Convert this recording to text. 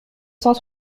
cent